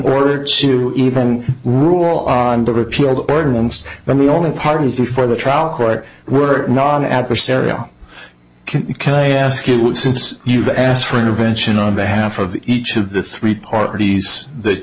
order to even rule on the repealed ordinance but the only parties before the trial court were non adversarial can i ask you since you've asked for intervention on behalf of each of the three parties that